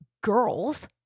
girls